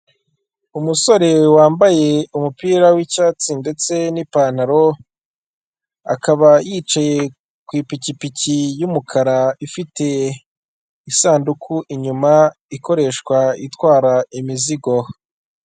Umusore wambaye umupira w’icyatsi ndetse n’ipantaro, akaba yicaye kw’ipikipiki y’umukara ifite isanduku inyuma ikoreshwa itwara imizigo.